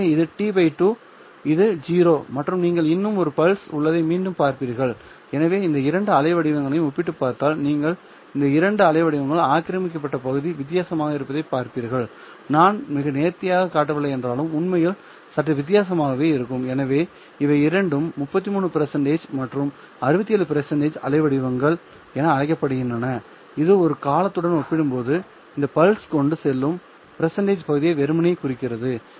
எனவே இது டி 2 இது 0 மற்றும் நீங்கள் இன்னும் ஒரு பல்ஸ் உள்ளதை மீண்டும் பார்ப்பீர்கள் எனவே இந்த இரண்டு அலைவடிவங்களையும் ஒப்பிட்டுப் பார்த்தால் நீங்கள் இந்த இரண்டு அலைவடிவங்களால் ஆக்கிரமிக்கப்பட்ட பகுதி வித்தியாசமாக இருப்பதை பார்ப்பீர்கள் நான் அதை மிக நேர்த்தியாகக் காட்டவில்லை என்றாலும் உண்மையில் சற்று வித்தியாசமாக இருக்கும் எனவே இவை இரண்டும் 33 மற்றும் 67 அலைவடிவங்கள் என அழைக்கப்படுகின்றன இது ஒரு காலத்துடன் ஒப்பிடும்போது இந்த பல்ஸ் கொண்டு செல்லும் பகுதியை வெறுமனே குறிக்கிறது